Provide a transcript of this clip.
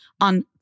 on